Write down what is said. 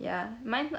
ya mine is not